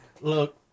Look